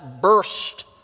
burst